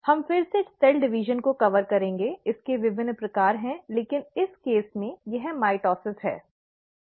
हम फिर से सेल डिवीजन को कवर करेंगे इसके विभिन्न प्रकार हैं लेकिन इस मामले में यह माइटोसिस है